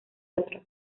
otros